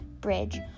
bridge